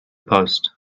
post